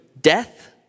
death